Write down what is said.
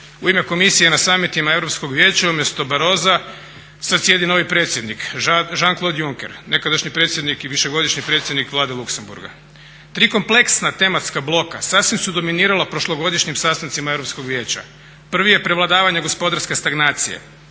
U ime Komisije na summitima Europskog vijeća umjesto Barrosa sada sjedi novi predsjednik Jean-Claude Juncker, nekadašnji predsjednik i višegodišnji predsjednik vlade Luxembourga. Tri kompleksna tematska bloka sasvim su dominirala prošlogodišnjim sastancima Europskog vijeća. Prvi je prevladavanje gospodarska stagnacije,